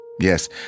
Yes